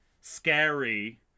scary